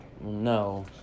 no